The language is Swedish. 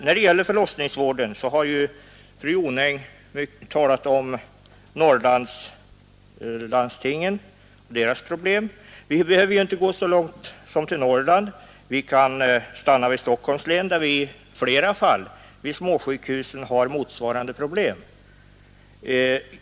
När det gäller förlossningsvården har fru Jonäng talat om Norrlandslandstingen och deras problem. Vi behöver inte gå så långt som till Norrland; även i Stockholms län förekommer i flera fall liknande problem vid småsjukhusen.